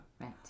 Right